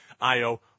IO